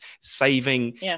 saving